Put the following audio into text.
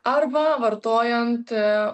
arba vartojant